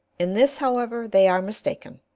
in this, however, they are mistaken,